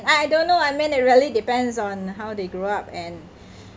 I I don't know I mean it really depends on how they grow up and